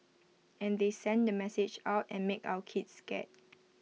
and they send the message out and make our kids scared